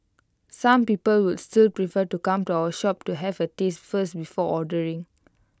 some people would still prefer to come to our shop to have A taste first before ordering